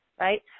right